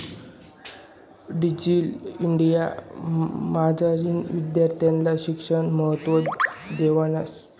digital India मझारतीन विद्यार्थीस्ना शिक्षणले महत्त्व देवायनं